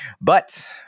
but-